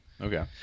okay